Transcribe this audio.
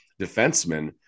defensemen